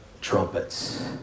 trumpets